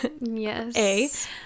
yes